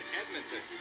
edmonton